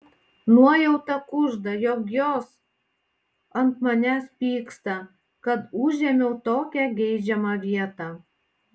nuojauta kužda jog jos ant manęs pyksta kad užėmiau tokią geidžiamą vietą